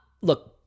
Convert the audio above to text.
look